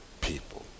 people